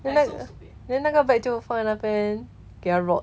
那个 then 那个 bag 就放在那边给它 rot